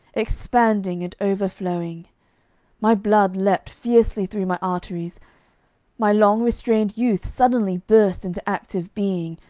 expanding and overflowing my blood leaped fiercely through my arteries my long-restrained youth suddenly burst into active being,